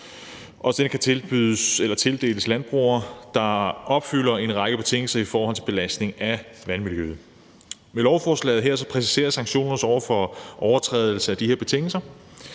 og den kan tildeles landbrugere, der opfylder en række betingelser i forhold til belastning af vandmiljøet. Med lovforslaget her præciseres, at sanktioner over for overtrædelse af de her betingelser